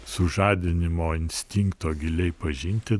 sužadinimo instinkto giliai pažinti